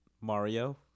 Mario